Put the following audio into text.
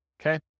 okay